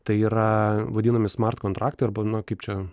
tai yra vadinami smart kontraktą arba nu kaip čia